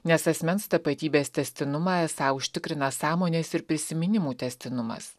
nes asmens tapatybės tęstinumą esą užtikrina sąmonės ir prisiminimų tęstinumas